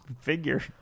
figure